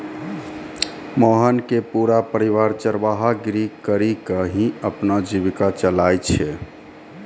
मोहन के पूरा परिवार चरवाहा गिरी करीकॅ ही अपनो जीविका चलाय छै